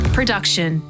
Production